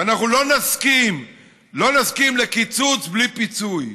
ואנחנו לא נסכים לקיצוץ בלי פיצוי,